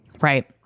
right